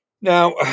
Now